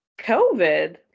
COVID